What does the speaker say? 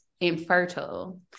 infertile